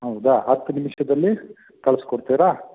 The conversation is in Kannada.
ಹೌದಾ ಹತ್ತು ನಿಮಿಷದಲ್ಲಿ ಕಳ್ಸ್ಕೊಡ್ತೀರ